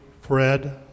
Fred